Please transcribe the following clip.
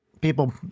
People